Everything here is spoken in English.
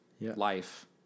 life